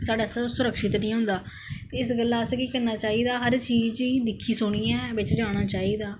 साढ़े आस्तै सुरक्षित नेईं होंदा इस गल्ला आसें केह् करना चाहिदा हर चीज गी दिक्खियै सुनियै बिच जाना चाहिदा